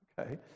Okay